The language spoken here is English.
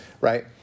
right